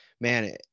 man